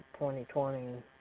2020